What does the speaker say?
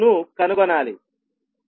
ను కనుగొనాలి